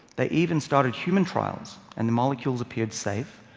they even started human trials, and the molecules appeared safe.